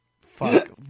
fuck